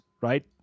right